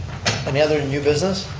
any other new business?